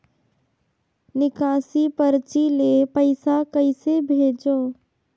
निकासी परची ले पईसा कइसे भेजों?